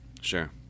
Sure